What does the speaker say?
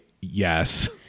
yes